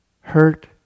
hurt